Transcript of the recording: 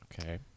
Okay